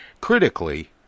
critically